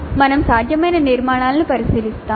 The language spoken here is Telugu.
మేము సాధ్యమైన నిర్మాణాలను పరిశీలిస్తాము